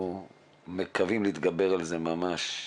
ומקווים להתגבר על זה ממש במהרה.